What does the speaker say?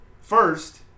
first